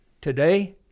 today